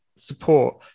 support